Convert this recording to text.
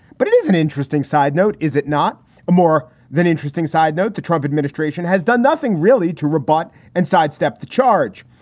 but it is an interesting side note, is it not a more than interesting side note? the trump administration has done nothing really to rebut and sidestep the charge.